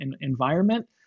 environment